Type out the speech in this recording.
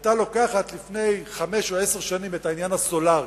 היתה לוקחת לפני חמש או עשר שנים את העניין הסולרי